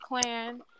clan